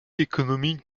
économique